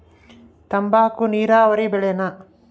ತಂಬಾಕು ನೇರಾವರಿ ಬೆಳೆನಾ?